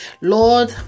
Lord